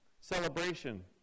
celebration